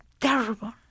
Terrible